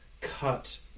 cut